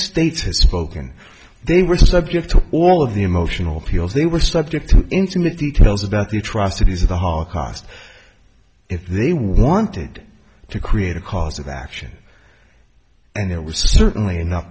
states has spoken they were subject to all of the emotional appeals they were subject to intimate details about the atrocities of the holocaust if they wanted to create a cause of action and there was certainly eno